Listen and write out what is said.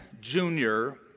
Junior